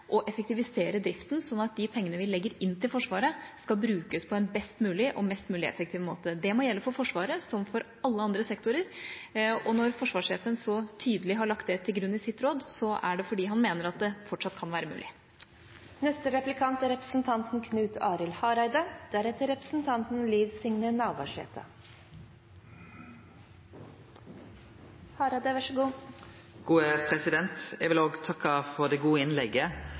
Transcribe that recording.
vil effektivisere driften sånn at de pengene vi legger inn til Forsvaret, skal brukes på en best mulig og mest mulig effektiv måte. Det må gjelde for Forsvaret som for alle andre sektorer. Og når forsvarssjefen så tydelig har lagt det til grunn i sitt råd, er det fordi han mener at det fortsatt kan være mulig. Eg vil òg takke for det gode innlegget.